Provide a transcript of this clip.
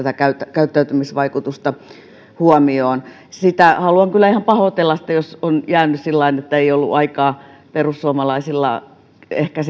käyttäytymisvaikutusta huomioon haluan kyllä ihan pahoitella sitä jos on jäänyt sillä lailla että ei ole ollut aikaa perussuomalaisilla ehkä